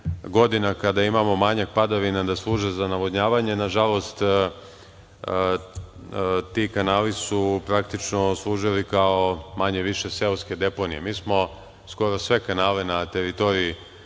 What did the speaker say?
godina kada imamo manjak padavina da služe za navodnjavanje, nažalost, ti kanali su praktično služili, manje-više, kao seoske deponije. Mi smo skoro sve kanale na teritoriji